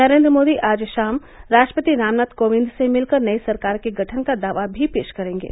नरेन्द्र मोदी आज शाम राष्ट्रपति रामनाथ कोविंद से मिलकर नई सरकार के गठन का दावा भी पेश करेंगे